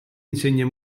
insegna